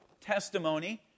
testimony